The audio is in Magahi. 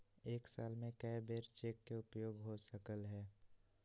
एक साल में कै बेर चेक के उपयोग हो सकल हय